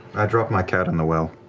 i drop my cat in the well.